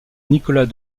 nicolas